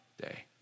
day